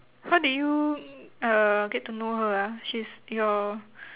how did you uh get to know her ah she is your